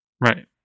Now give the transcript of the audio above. right